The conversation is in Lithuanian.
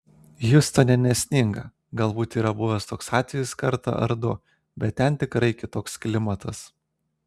hjustone nesninga galbūt yra buvęs toks atvejis kartą ar du bet ten tikrai kitoks klimatas